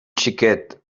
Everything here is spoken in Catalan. xiquet